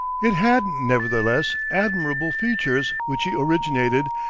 it had, nevertheless, admirable features, which he originated,